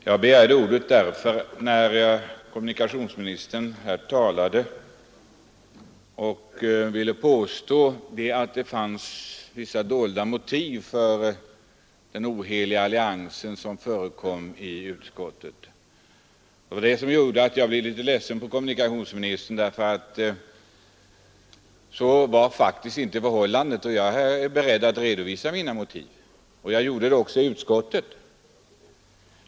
Herr talman! Jag begärde ordet när kommunikationsministern här ville påstå att det fanns vissa dolda motiv för den oheliga allians som förekom i utskottet. När jag hörde det blev jag faktiskt litet ledsen på kommunikationsministern. Det finns nämligen inga sådana dolda motiv, och jag är beredd att här redovisa mina motiv. Jag gjorde detta också i utskottet.